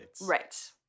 Right